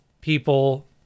people